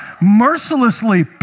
mercilessly